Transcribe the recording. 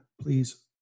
please